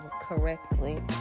correctly